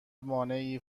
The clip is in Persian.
مانعی